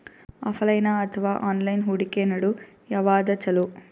Offline ಅಥವಾ online ಹೂಡಿಕೆ ನಡು ಯವಾದ ಛೊಲೊ?